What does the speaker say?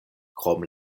krom